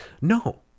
no